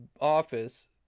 office